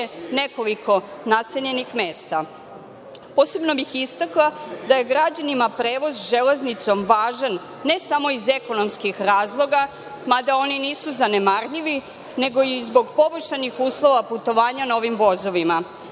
nekoliko naseljenih mesta. Posebno bih istakla da je građanima prevoz železnicom važan ne samo iz ekonomskih razloga, mada oni nisu zanemarljivi, nego i zbog poboljšanih uslova putovanja na ovim vozovima,